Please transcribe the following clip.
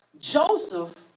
Joseph